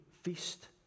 feast